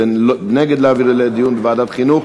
זה נגד להעביר לדיון בוועדת חינוך.